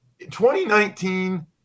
2019